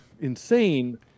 insane